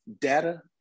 data